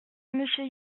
monsieur